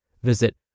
Visit